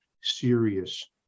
serious